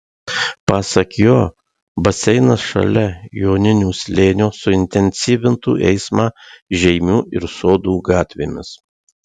pasak jo baseinas šalia joninių slėnio suintensyvintų eismą žeimių ir sodų gatvėmis